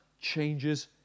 changes